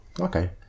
Okay